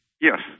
Yes